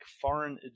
foreign